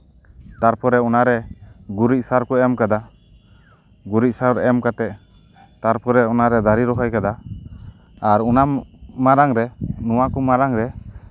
ᱛᱟᱨᱯᱚᱨᱮ ᱚᱱᱟᱨᱮ ᱜᱩᱨᱤᱡ ᱥᱟᱨ ᱠᱚ ᱮᱢ ᱠᱟᱫᱟ ᱜᱩᱨᱤᱡ ᱥᱟᱨ ᱮᱢ ᱠᱟᱛᱮ ᱛᱟᱨᱯᱚᱨᱮ ᱚᱱᱟᱨᱮ ᱫᱟᱨᱮ ᱨᱚᱦᱚᱭ ᱠᱮᱫᱟ ᱟᱨ ᱚᱱᱟ ᱢᱟᱲᱟᱝ ᱨᱮ ᱱᱚᱣᱟ ᱠᱚ ᱢᱟᱲᱟᱝ ᱨᱮ